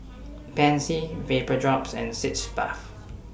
Pansy Vapodrops and Sitz Bath